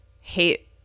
hate